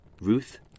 Ruth